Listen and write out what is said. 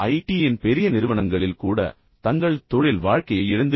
யின் பெரிய நிறுவனங்களில் கூட தங்கள் தொழில் வாழ்க்கையை இழந்துவிட்டனர்